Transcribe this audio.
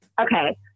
Okay